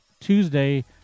Tuesday